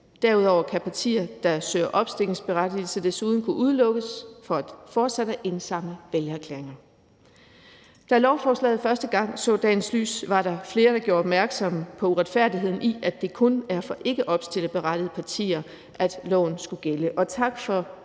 Derudover kan partier, der søger opstillingsberettigelse, desuden kunne udelukkes fra fortsat at indsamle vælgererklæringer. Da lovforslaget første gang så dagens lys, var der flere, der gjorde opmærksom på uretfærdigheden i, at det kun er for ikkeopstillingsberettigede partier, at loven skulle gælde.